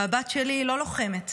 והבת שלי היא לא לוחמת,